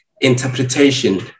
interpretation